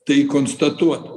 tai konstatuot